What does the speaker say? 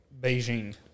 Beijing